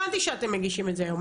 הבנתי שאתם מגישים את זה היום,